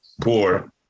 poor